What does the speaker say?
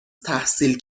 تحصیل